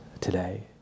today